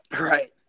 Right